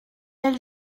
elle